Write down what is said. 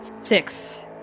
six